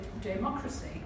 democracy